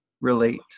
relate